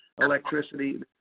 electricity